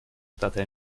штаты